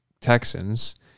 Texans